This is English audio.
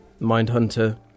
Mindhunter